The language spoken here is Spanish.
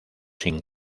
sin